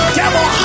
devil